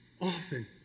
often